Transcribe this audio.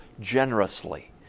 generously